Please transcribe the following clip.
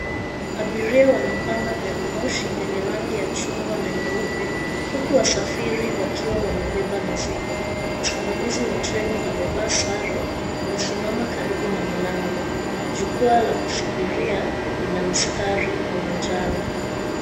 Abiria wanapanda gari moshi lenye rangi ya chungwa na nyeupe huku wasafiri wakiwa wamebeba mizigo, msimamizi wa treni amevaa sare amesimama karibu na mlango jukwaa la kusubiria lina mstari wa manjano.